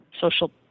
social